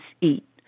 eat